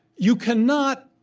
you cannot,